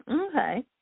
Okay